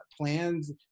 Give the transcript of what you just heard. plans